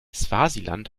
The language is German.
swasiland